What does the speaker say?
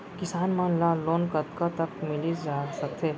किसान मन ला लोन कतका तक मिलिस सकथे?